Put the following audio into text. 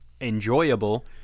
Enjoyable